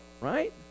right